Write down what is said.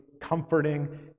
comforting